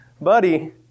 buddy